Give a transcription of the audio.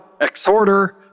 Exhorter